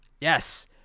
Yes